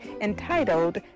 entitled